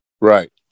Right